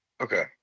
okay